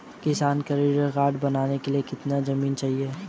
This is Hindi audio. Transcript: किसान क्रेडिट कार्ड बनाने के लिए कितनी जमीन चाहिए?